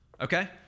Okay